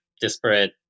disparate